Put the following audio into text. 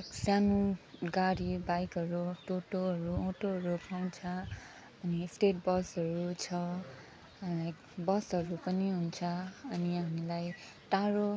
एक सानो गाडी बाइकहरू टोटोहरू अटोहरू पाउँछ अनि स्टेट बसहरू छ अनि बसहरू पनि हुन्छ अनि हामीलाई टाढो